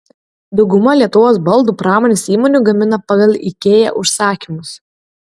dauguma lietuvos baldų pramonės įmonių gamina pagal ikea užsakymus